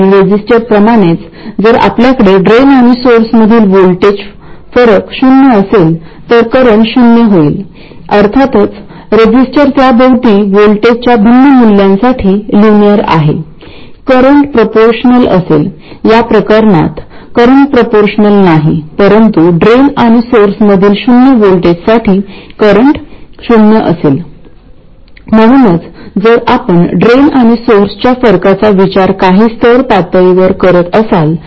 तर लहान current factor असलेला ट्रान्झिस्टर स्वयंचलितपणे उच्च गेट टु सोर्स व्होल्टेज सोबत बायस होईल